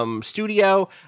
studio